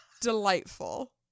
delightful